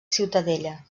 ciutadella